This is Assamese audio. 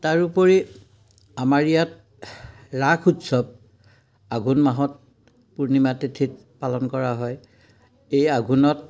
তাৰোপৰি আমাৰ ইয়াত ৰাস উৎসৱ আঘোণ মাহত পূৰ্ণিমা তিথিত পালন কৰা হয় এই আঘোণত